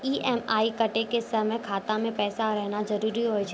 EMI कटै के समय खाता मे पैसा रहना जरुरी होय छै